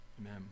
Amen